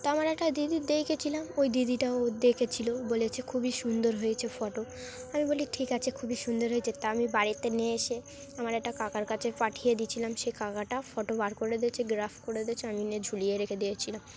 তা আমার একটা দিদির দেখিয়েছিলাম ওই দিদিটাও দেখেছিল বলেছে খুবই সুন্দর হয়েছে ফটো আমি বলি ঠিক আছে খুবই সুন্দর হয়েছে তা আমি বাড়িতে নিয়ে এসে আমার একটা কাকার কাছে পাঠিয়ে দিয়েছিলাম সেই কাকাটা ফটো বার করে দিয়েছে গ্রাফ করে দিয়েছে আমি নিয়ে ঝুলিয়ে রেখে দিয়েছিলাম